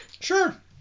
Sure